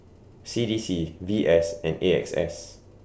C D C V S and A X S